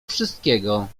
wszystkiego